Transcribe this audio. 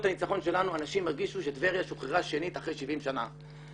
הניצחון שלנו אנשים הרגישו שטבריה שוחררה שנית אחרי 70 שנים.